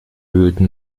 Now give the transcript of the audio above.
wühlten